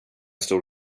stor